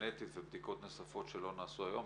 גנטית ובדיקות נוספות שלא נעשו היום.